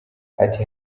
ati